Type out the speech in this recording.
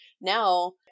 Now